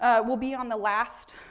ah will be on the last